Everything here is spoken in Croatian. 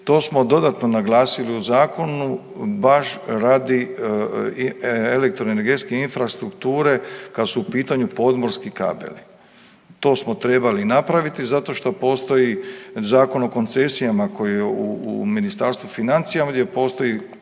to smo dodatno naglasili u zakonu baš radi elektroenergetske infrastrukture kad su u pitanju podmorski kabeli, to smo trebali napraviti zato što postoji Zakon o koncesijama koji je u Ministarstvu financija gdje postoji